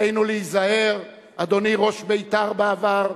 עלינו להיזהר, אדוני ראש בית"ר בעבר,